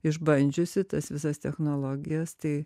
išbandžiusi tas visas technologijas tai